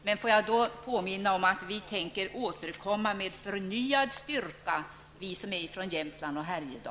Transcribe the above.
Men låt mig då påminna om att vi ledamöter från Jämtland och Härjedalen tänker återkomma med förnyad styrka.